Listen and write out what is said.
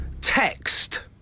Text